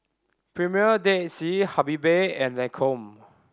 Premier Dead Sea Habibie and Lancome